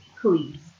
please